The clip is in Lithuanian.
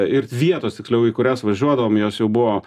ir vietos tiksliau į kurias važiuodavom jos jau buvo